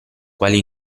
quali